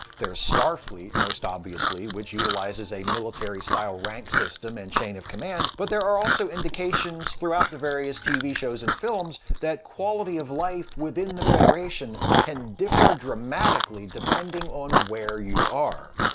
there's starfleet, most obviously, which utilizes a military-style rank system and chain of command. but there are also indications throughout the various tv shows and films that quality of life within the federation can differ dramatically depending on where you are.